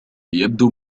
يبدو